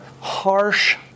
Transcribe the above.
harsh